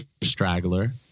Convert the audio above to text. straggler